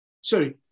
Sorry